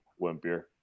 wimpier